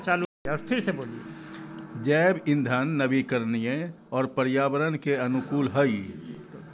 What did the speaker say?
जैव इंधन नवीकरणीय और पर्यावरण के अनुकूल हइ